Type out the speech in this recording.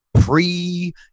pre